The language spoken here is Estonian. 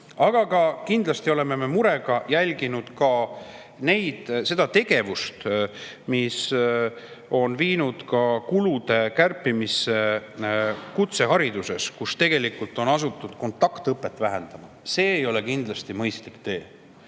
Muidugi me oleme murega jälginud kogu tegevust, mis on viinud kulude kärpimiseni kutsehariduses, kus tegelikult on asutud kontaktõpet vähendama. See ei ole kindlasti mõistlik tee